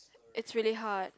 it's really hard